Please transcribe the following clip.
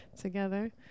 together